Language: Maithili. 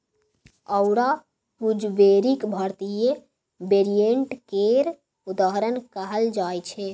औरा गुजबेरीक भारतीय वेरिएंट केर उदाहरण कहल जाइ छै